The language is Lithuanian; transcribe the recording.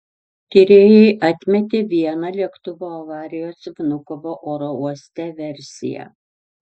tyrėjai atmetė vieną lėktuvo avarijos vnukovo oro uoste versiją